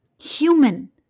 human